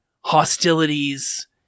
hostilities